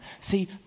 See